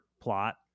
plot